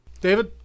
David